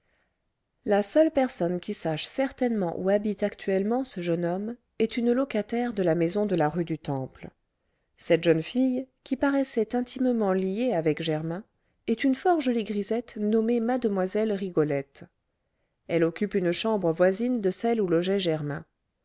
la seule personne qui sache certainement où habite actuellement ce jeune homme est une locataire de la maison de la rue du temple cette jeune fille qui paraissait intimement liée avec germain est une fort jolie grisette nommée mlle rigolette elle occupe une chambre voisine de celle où logeait germain